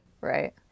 Right